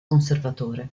conservatore